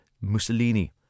Mussolini